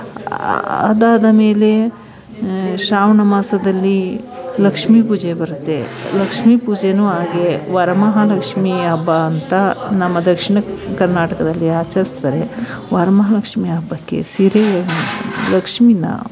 ಅದಾದ ಮೇಲೆ ಶ್ರಾವಣ ಮಾಸದಲ್ಲಿ ಲಕ್ಷ್ಮೀ ಪೂಜೆ ಬರುತ್ತೆ ಲಕ್ಷ್ಮೀ ಪೂಜೆಯೂ ಹಾಗೆ ವರಮಹಾಲಕ್ಷ್ಮಿ ಹಬ್ಬ ಅಂತ ನಮ್ಮ ದಕ್ಷಿಣ ಕರ್ನಾಟಕದಲ್ಲಿ ಆಚರಿಸ್ತಾರೆ ವರಮಹಾಲಕ್ಷ್ಮಿ ಹಬ್ಬಕ್ಕೆ ಸಿರಿ ಲಕ್ಷ್ಮೀನಾ